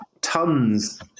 tons